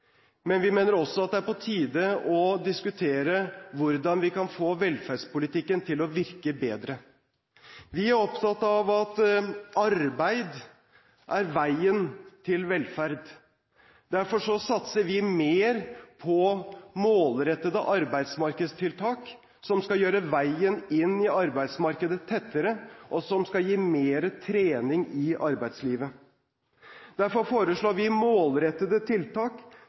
men vi mener også at det er på tide å diskutere hvordan vi kan få velferdspolitikken til å virke bedre. Vi er opptatt av at arbeid er veien til velferd. Derfor satser vi mer på målrettede arbeidsmarkedstiltak som skal gjøre veien inn i arbeidsmarkedet tettere, og som skal gi mer trening i arbeidslivet. Derfor foreslår vi målrettede tiltak